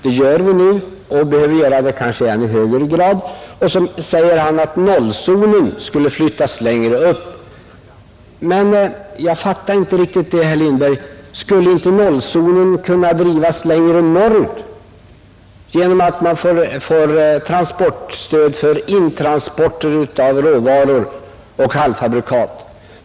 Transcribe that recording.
Det gör vi nu och behöver kanske göra det i ännu högre grad. Så säger han att nollzonen skulle flyttas längre upp. Men jag fattade inte riktigt detta, herr Lindberg. Skulle inte nollzonen kunna drivas längre norrut genom att man får transportstöd för intransporter av råvaror och halvfabrikat?